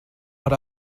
but